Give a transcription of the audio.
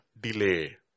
Delay